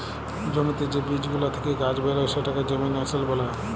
জ্যমিতে যে বীজ গুলা থেক্যে গাছ বেরয় সেটাকে জেমিনাসল ব্যলে